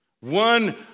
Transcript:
one